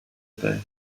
bei